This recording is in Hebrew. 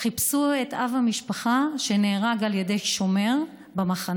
חיפשה את אב המשפחה, שנהרג על ידי שומר במחנה.